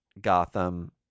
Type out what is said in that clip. Gotham